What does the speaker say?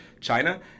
China